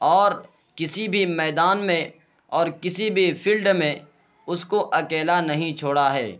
اور کسی بھی میدان میں اور کسی بھی فیلڈ میں اس کو اکیلا نہیں چھوڑا ہے